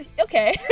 okay